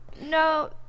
No